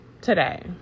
today